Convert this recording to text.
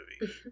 movie